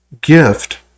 gift